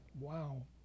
Wow